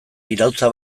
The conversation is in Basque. iraultza